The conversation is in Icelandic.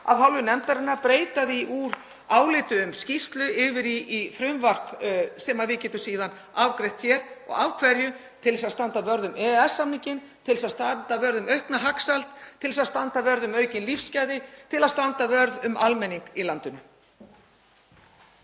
af hálfu nefndarinnar, að breyta því úr áliti um skýrslu yfir í frumvarp sem við getum síðan afgreitt hér. Af hverju? Til þess að standa vörð um EES-samninginn, til þess að standa vörð um aukna hagsæld, til þess að standa vörð um aukin lífsgæði, til þess að standa vörð um almenning í landinu.